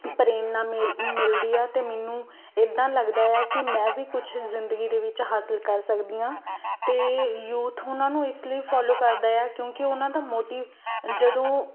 ਪ੍ਰੇਰਣਾ ਮਿਲ ਮਿਲਦੀ ਆ ਅਤੇ ਮੈਨੂੰ ਇੱਦਾਂ ਲੱਗਦਾ ਆ ਕਿ ਮੈਂ ਵੀ ਕੁਛ ਜ਼ਿੰਦਗੀ ਦੇ ਵਿੱਚ ਹਾਸਿਲ ਕਰ ਸਕਦੀ ਹਾਂ ਅਤੇ ਯੂਥ ਉਹਨਾਂ ਨੂੰ ਇਸ ਲਈ ਫੋਲੋ ਕਰਦਾ ਆ ਕਿਉਂਕਿ ਉਹਨਾਂ ਦਾ ਮੋਟਿਵ ਜਦੋਂ